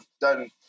done